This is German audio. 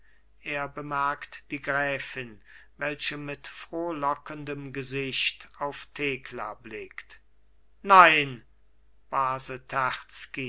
er bemerkt die gräfin welche mit frohlockendem gesicht auf thekla blickt nein base